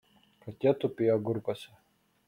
katė tupėjo agurkuose